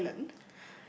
island